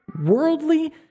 worldly